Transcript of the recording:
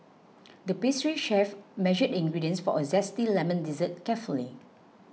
the pastry chef measured the ingredients for a Zesty Lemon Dessert carefully